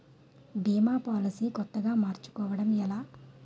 భీమా policy కొత్తగా మార్చుకోవడం ఎలా?